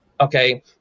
okay